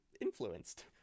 influenced